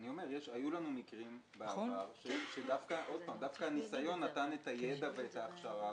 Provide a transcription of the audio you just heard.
היו לנו מקרים בעבר שבהם דווקא הניסיון נתן את הידע ואת ההכשרה